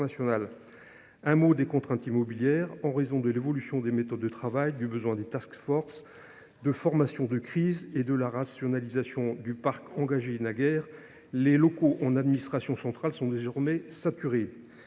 des contraintes immobilières, en raison de l’évolution des méthodes de travail, du besoin de, de formations de crise et de rationalisation du parc engagée naguère, les locaux en administration centrale sont désormais saturés.